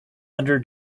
under